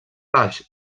baix